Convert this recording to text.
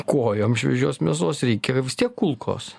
kojom šviežios mėsos reikia vis tiek kulkos